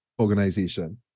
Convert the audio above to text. organization